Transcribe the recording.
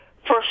first